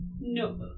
no